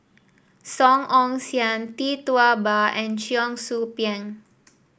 Song Ong Siang Tee Tua Ba and Cheong Soo Pieng